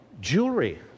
Jewelry